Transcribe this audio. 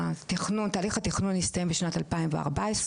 ותהליך התכנון הסתיים בשנת 2014,